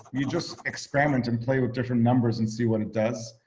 you just experimented and play with different numbers and see what it does.